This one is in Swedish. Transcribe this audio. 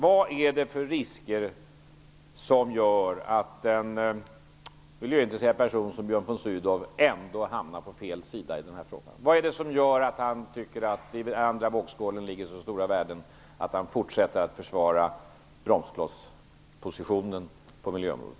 Vad är det för risker som gör att en miljöintresserad person som Björn von Sydow ändå hamnar på fel sida i den här frågan? Vad är det som gör att han tycker att det i den andra vågskålen ligger så stora värden att han fortsätter att försvara bromsklosspositionen på miljöområdet?